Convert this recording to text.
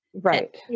Right